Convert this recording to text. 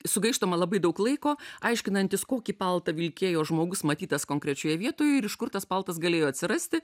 sugaištama labai daug laiko aiškinantis kokį paltą vilkėjo žmogus matytas konkrečioje vietoje ir iš kur tas paltas galėjo atsirasti